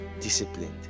disciplined